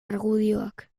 argudioak